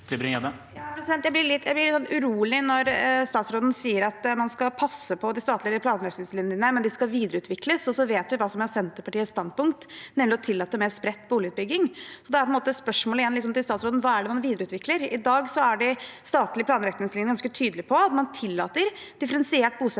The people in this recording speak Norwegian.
Jeg blir litt urolig når statsråden sier at man skal «passe på» de statlige planretningslinjene, men at de skal videreutvikles. Vi vet hva som er Senterpartiets standpunkt, nemlig å tillate mer spredt boligutbygging. Da er spørsmålet til statsråden: Hva er det man videreutvikler? I dag er de statlige planretningslinjene ganske tydelige på at man tillater differensiert bosettingsmønster